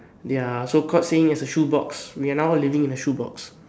their so called saying as a shoebox we are now living in a shoebox